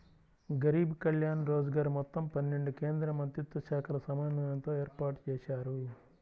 గరీబ్ కళ్యాణ్ రోజ్గర్ మొత్తం పన్నెండు కేంద్రమంత్రిత్వశాఖల సమన్వయంతో ఏర్పాటుజేశారు